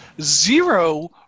zero